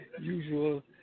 usual